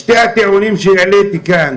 שני הטיעונים שהעליתי כאן,